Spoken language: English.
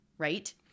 Right